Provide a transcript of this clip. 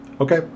Okay